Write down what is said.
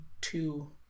two